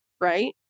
right